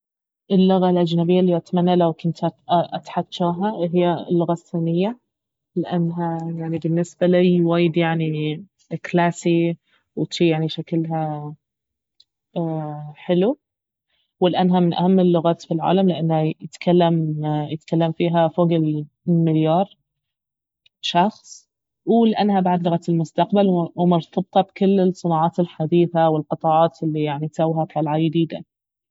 اللغة الأجنبية الي أتمنى لو كنت اتحجاها اهي اللغة الصينية لانها يعني بالنسبة لي وايد يعني كلاسي وجي يعني شكلها حلو ولأنها من اهم اللغات في العالم لانه يتكلم- يتكلم فيها فوق المليار شخص ولأنها بعد لغة المستقبل ومرتبطة بكل الصناعات الحديثة والقطاعات الي يعني توها طالعة يديدة